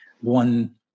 one